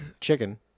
Chicken